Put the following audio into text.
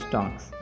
Talks